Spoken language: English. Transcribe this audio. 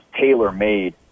tailor-made